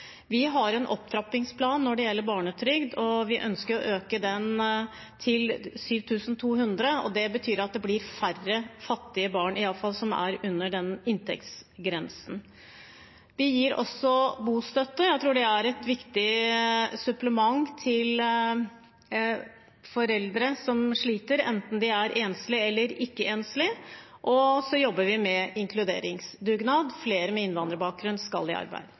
Vi har en opptrappingsplan når det gjelder barnetrygd, og vi ønsker å øke den til 7 200 kr. Det betyr at det blir færre fattige barn, iallfall som er under den inntektsgrensen. Vi gir også bostøtte. Jeg tror det er et viktig supplement til foreldre som sliter, enten de er enslige eller ikke, og så jobber vi med en inkluderingsdugnad. Flere med innvandrerbakgrunn skal i arbeid.